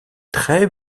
très